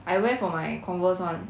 I wear for my Converse [one]